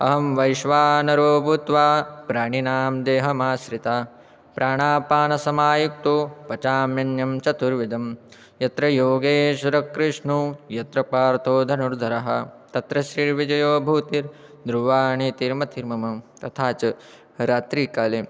अहं वैश्वानरो भूत्वा प्राणिनां देहमाश्रितः प्राणापानसमायुक्तः पचाम्यन्नं चतुर्विधं यत्र योगेश्वरः कृष्णो यत्र पार्थो धनुर्धरः तत्र श्रीर्विजयोभूतिः धृवानी तिर्मतिर्मम तथा च रात्रिकाले